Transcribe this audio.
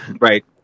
right